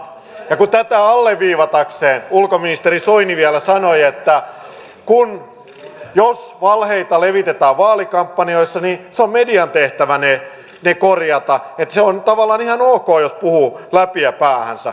ja kuin tätä alleviivatakseen ulkoministeri soini vielä sanoi että jos valheita levitetään vaalikampanjoissa niin se on median tehtävä ne korjata että se on tavallaan ihan ok jos puhuu läpiä päähänsä